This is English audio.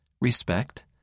respect